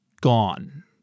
gone